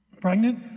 pregnant